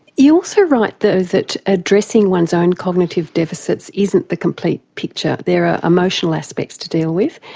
you also write though that addressing one's own cognitive deficits isn't the complete picture. there are emotional aspects to deal with,